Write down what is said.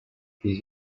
these